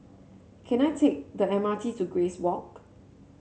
can I take the M R T to Grace Walk